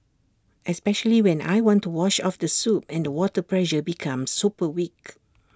especially when I want to wash off the soap and the water pressure becomes super weak